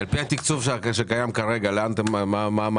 על פי התקצוב שקיים כרגע מה היעדים?